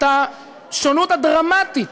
את השונות הדרמטית